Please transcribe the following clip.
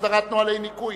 הסדרת נוהלי ניכוי